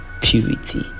purity